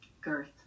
Girth